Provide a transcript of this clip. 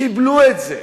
קיבלו את זה.